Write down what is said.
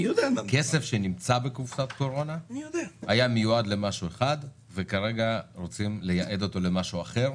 זה כסף שהיה מיועד למשהו אחד ועכשיו רוצים לייעד אותו למשהו אחר.